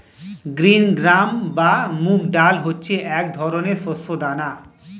green gram বা মুগ ডাল হচ্ছে এক ধরনের শস্য দানা